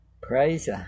praise